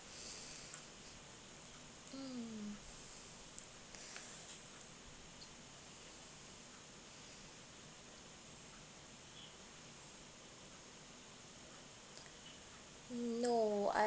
mm no I